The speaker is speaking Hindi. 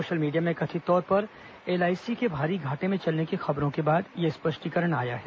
सोशल मीडिया में कथित तौर पर एलआईसी को भारी घाटे में चलने की खबरों के बाद यह स्पष्टीकरण आया है